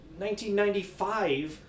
1995